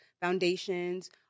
foundations